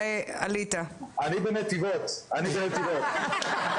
אני אומר שוב שנכון שאנחנו נפתח גם את חוק הפיקוח וגם את חוק